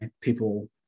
people